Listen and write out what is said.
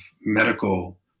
medical